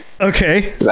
Okay